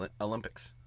Olympics